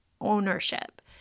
ownership